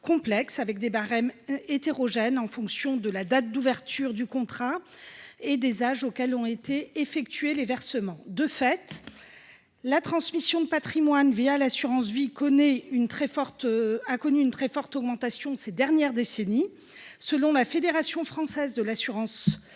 avec des barèmes hétérogènes en fonction de la date d’ouverture du contrat et des âges auxquels ont été effectués les versements. De fait, la transmission de patrimoine l’assurance vie a connu ces dernières décennies une très forte augmentation. Selon la Fédération française de l’assurance,